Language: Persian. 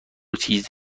چیز